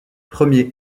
premier